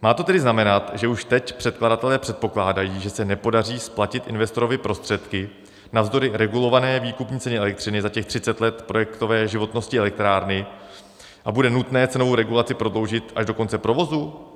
Má to tedy znamenat, že už teď předkladatelé předpokládají, že se nepodaří splatit investorovi prostředky navzdory regulované výkupní ceně elektřiny za těch třicet let projektové životnosti elektrárny a bude nutné cenovou regulaci prodloužit až do konce provozu?